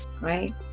Right